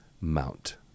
mount